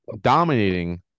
dominating